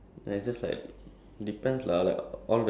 before you go out or go somewhere lah ya